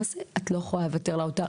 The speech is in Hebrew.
מה זה את לא יכולה לוותר לאוצר?